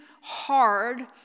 hard